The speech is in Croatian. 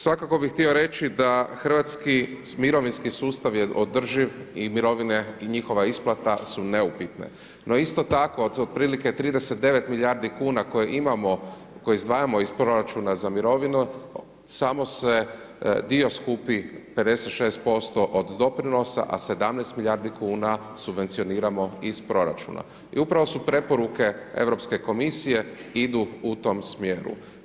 Svakako bi htio reći da hrvatski mirovinski sustav je održiv i mirovine i njihova isplata su neupitne no isto tako otprilike 39 milijardi kuna koje imamo, koje izdvajamo iz proračuna za mirovinu samo se dio skupi 56% od doprinosa a 17 milijardi kuna subvencioniramo iz proračuna i upravo preporuke Europske komisije idu u tom smjeru.